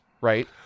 right